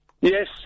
Yes